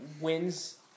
wins